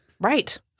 Right